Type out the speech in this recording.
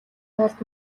талд